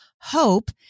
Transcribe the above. hope